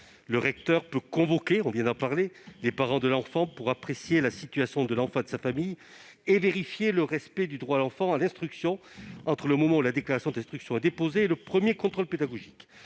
le recteur peut convoquer les parents de l'enfant pour « apprécier la situation de l'enfant et de sa famille et vérifier le respect du droit de l'enfant à l'instruction », entre le moment où la déclaration d'instruction est déposée et le premier contrôle pédagogique.